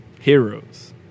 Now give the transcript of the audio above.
Heroes